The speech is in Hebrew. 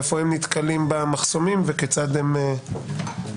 איפה הם נתקלים במחסומים ומה הם מציעים.